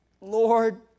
Lord